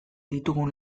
ditugun